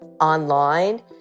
online